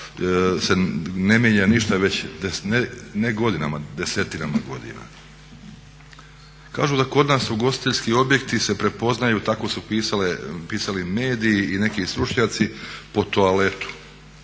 se ne mijenja ništa već ne godinama, desetinama godina. Kažu da kod nas ugostiteljski objekti se prepoznaju, tako su pisali mediji i neki stručnjaci po toaletu.